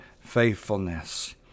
faithfulness